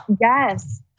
yes